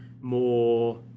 more